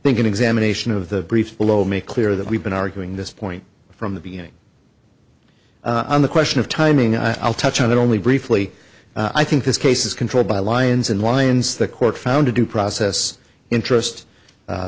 think an examination of the brief below make clear that we've been arguing this point from the beginning on the question of timing i'll touch on it only briefly i think this case is controlled by lions and lions the court found a due process interest